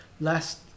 last